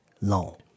long